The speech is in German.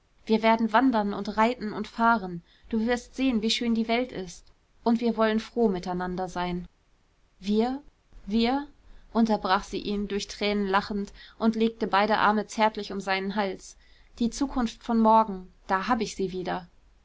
wir werden wandern und reiten und fahren du wirst sehen wie schön die welt ist und wir wollen froh miteinander sein wir wir unterbrach sie ihn durch tränen lachend und legte beide arme zärtlich um seinen hals die zukunft von morgen da hab ich sie wieder